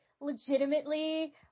legitimately